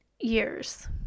years